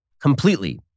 completely